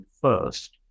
first